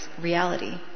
reality